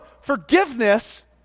forgiveness